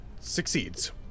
succeeds